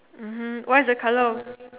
mmhmm what is the colour of